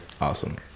Awesome